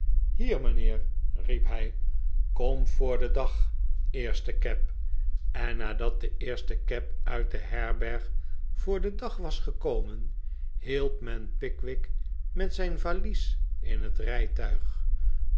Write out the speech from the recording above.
hier mijnheer riep hij kom voor den dag eerste cab en nadat de eerste cab uit de herberg voor den dag was gekomen hielp men pickwick met zijn valies in het rijtuig